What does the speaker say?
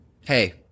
Hey